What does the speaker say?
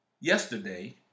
yesterday